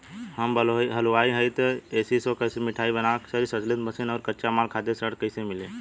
हम हलुवाई हईं त ए.सी शो कैशमिठाई बनावे के स्वचालित मशीन और कच्चा माल खातिर ऋण कइसे मिली?